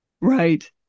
Right